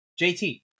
JT